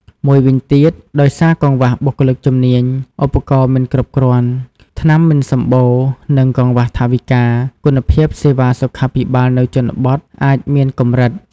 មួយវិញទៀត ដោយសារកង្វះបុគ្គលិកជំនាញ ឧបករណ៍មិនគ្រប់គ្រាន់ ថ្នាំមិនសម្បូរ និងកង្វះថវិកា គុណភាពសេវាសុខាភិបាលនៅជនបទ អាចមានកម្រិត។